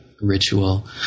ritual